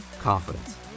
confidence